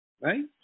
right